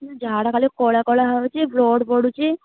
ଝାଡ଼ା ଖାଲି କଳା କଳା ହେଉଛି ବ୍ଲଡ୍ ପଡ଼ୁଛି